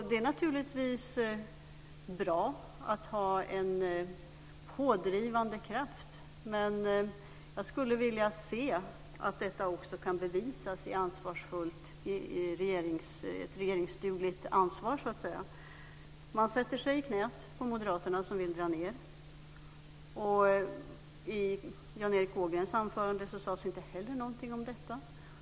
Det är naturligtvis bra att ha en pådrivande kraft, men jag skulle vilja se att detta också kan bevisas i ett regeringsdugligt ansvar, så att säga. Man sätter sig i knät på Moderaterna, som vill dra ned. I Jan Erik Ågrens anförande sades inte heller någonting om detta.